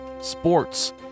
sports